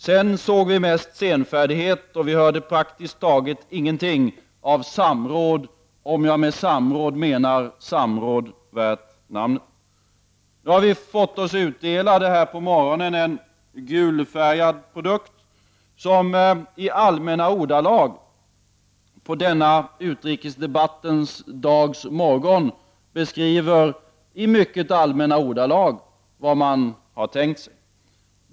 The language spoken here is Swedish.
Sedan såg vi mest senfärdighet, och vi hörde praktiskt taget ingenting om samråd — om man med samråd menar samråd värt namnet. Nu på morgonen för dagen för utrikesdebatten har det delats ut en gulfärgad produkt till oss, som i mycket allmänna ordalag beskriver vad man har tänkt sig.